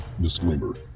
Disclaimer